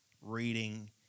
reading